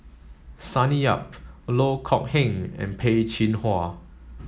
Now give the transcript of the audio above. Sonny Yap Loh Kok Heng and Peh Chin Hua